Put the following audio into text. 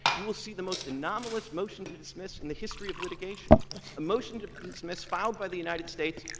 you will see the most anomalous motion to dismiss in the history of litigation a motion to dismiss, filed by the united states,